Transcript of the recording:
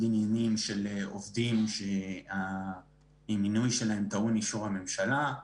עניינים של עובדים שהמינוי שלהם טעון אישור הממשלה.